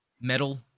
Metal